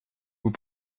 vous